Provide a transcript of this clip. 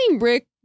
Rick